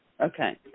Okay